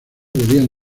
debían